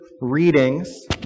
readings